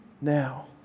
now